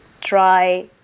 try